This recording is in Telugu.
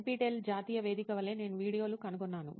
NPTEL జాతీయ వేదిక వలె నేను వీడియోలను కనుగొన్నాను